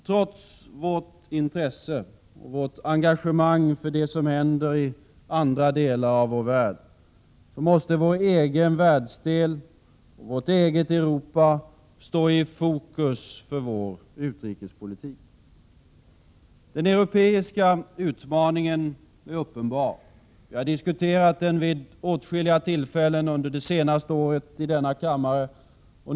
Trots vårt intresse och vårt engagemang för det som händer i andra delar av vår värld, måste vår egen världsdel och vårt eget Europa stå i fokus för vår utrikespolitik. Den europeiska utmaningen är uppenbar. Jag har diskuterat den vid åtskilliga tillfällen under det senaste året i denna kammare.